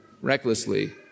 recklessly